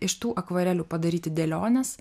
iš tų akvarelių padaryti dėliones